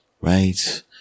Right